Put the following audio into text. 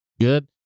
Good